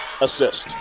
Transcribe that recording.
assist